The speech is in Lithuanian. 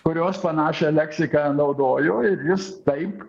kurios panašią leksiką naudojo ir jis taip